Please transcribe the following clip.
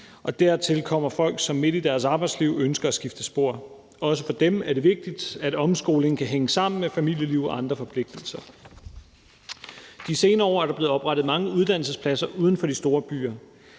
Dertil kommer folk, som midt i deres arbejdsliv ønsker at skifte spor, og også for dem er det vigtigt, at omskolingen kan hænge sammen med familieliv og andre forpligtelser. De senere år er der blevet oprettet mange uddannelsespladser uden for de store byer.